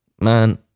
man